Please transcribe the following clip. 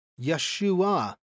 Yeshua